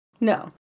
no